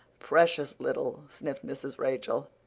precious little, sniffed mrs. rachel.